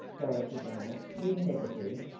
dorothy dale, you never do.